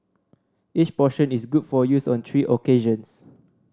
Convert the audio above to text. each portion is good for use on three occasions